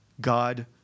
God